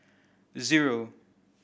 zero